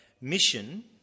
mission